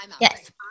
Yes